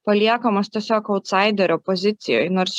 paliekamos tiesiog autsaiderio pozicijoj nors